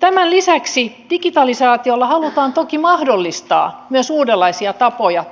tämän lisäksi digitalisaatiolla halutaan toki mahdollistaa tulevaisuudessa myös uudenlaisia tapoja